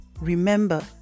remember